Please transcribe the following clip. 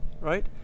right